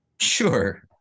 Sure